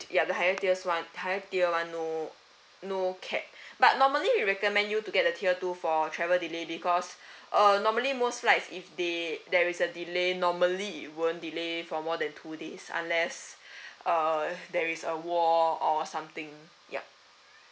ya the higher tier's one the higher tier one no no cap but normally we recommend you to get the tier two for travel delay because uh normally most like if they there is a delay normally it won't delay for more than two days unless uh there is a war or something yup